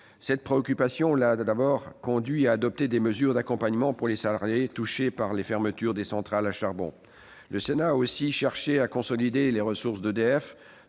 une préoccupation qui l'a d'abord conduite à adopter des mesures d'accompagnement pour les salariés touchés par la fermeture des centrales à charbon. Le Sénat a aussi cherché à consolider les ressources d'EDF,